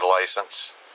license